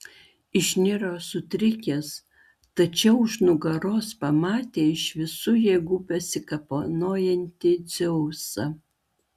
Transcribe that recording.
išniro sutrikęs tačiau už nugaros pamatė iš visų jėgų besikapanojantį dzeusą